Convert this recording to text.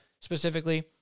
Specifically